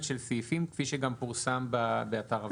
של סעיפים כפי שגם פורסם באתר הוועדה.